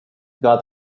got